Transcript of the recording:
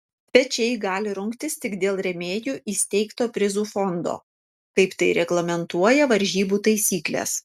svečiai gali rungtis tik dėl rėmėjų įsteigto prizų fondo kaip tai reglamentuoja varžybų taisyklės